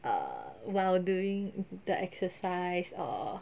uh while during the exercise or